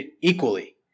equally